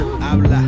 habla